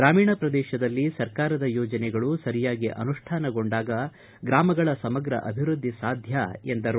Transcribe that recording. ಗ್ರಾಮೀಣ ಪ್ರದೇಶದಲ್ಲಿ ಸರಕಾರದ ಯೋಜನೆಗಳು ಸರಿಯಾಗಿ ಅನುಷ್ಟಾನಗೊಂಡಾಗ ಗ್ರಾಮಗಳ ಸಮಗ್ರ ಅಭಿವೃದ್ಧಿ ಸಾಧ್ಯ ಎಂದರು